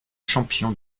champion